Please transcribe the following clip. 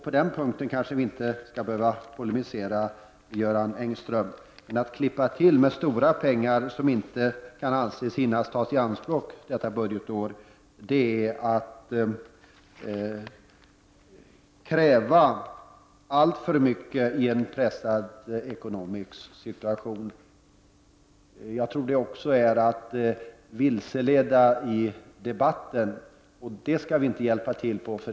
På den punkten behöver vi kanske inte polemisera, Göran Engström. Att klippa till med en begäran om stora pengar, som inte kan anses hinna bli ianspråktagna under detta budgetår, är att kräva alltför mycket i en pressad ekonomisk situation. Jag tror också att man därigenom vilseleder debatten, och det skall vi inte bidra till.